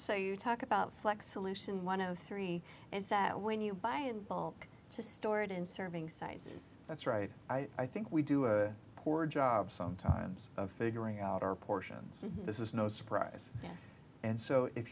say you talk about flex solution one of three is that when you buy in bulk to store it in serving sizes that's right i think we do a poor job sometimes of figuring out our portions this is no surprise yes and so if